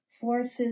forces